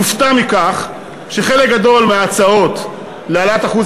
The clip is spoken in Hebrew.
יופתע מכך שחלק גדול מההצעות להעלאת אחוז